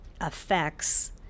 affects